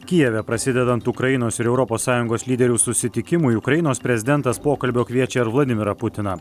kijeve prasidedant ukrainos ir europos sąjungos lyderių susitikimui ukrainos prezidentas pokalbio kviečia ir vladimirą putiną